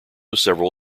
several